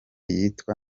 yitwa